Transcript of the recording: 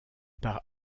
par